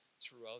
throughout